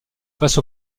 face